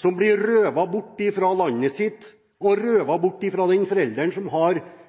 som blir røvet bort fra landet sitt og fra den forelderen som har